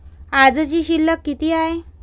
आजची शिल्लक किती हाय?